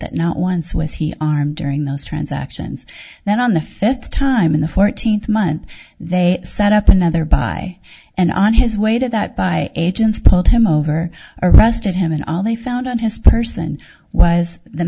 that not once was he armed during those transactions then on the fifth time in the fourteenth month they set up another buy and on his way to that by agents pulled him over arrested him and all they found on his person was th